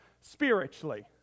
spiritually